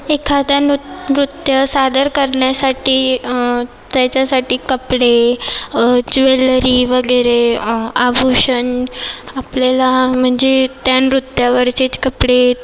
एखाद्या नृ नृत्य सादर करण्यासाठी त्याच्यासाठी कपडे ज्वेलरी वगैरे आभूषण आपल्याला म्हणजे त्या नृत्यावरचेच कपडे